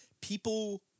People